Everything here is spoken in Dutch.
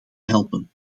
helpen